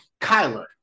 Kyler